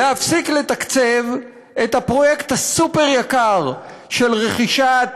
להפסיק לתקצב את הפרויקט הסופר-יקר של רכישת